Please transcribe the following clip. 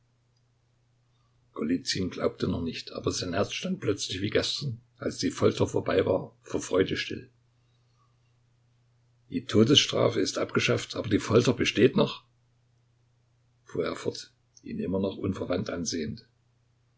glaubte noch nicht aber sein herz stand plötzlich wie gestern als die folter vorbei war vor freude still die todesstrafe ist abgeschafft aber die folter besteht noch fuhr er fort ihn immer noch unverwandt ansehend